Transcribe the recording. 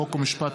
חוק ומשפט.